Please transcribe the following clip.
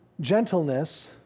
gentleness